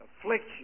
Affliction